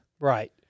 Right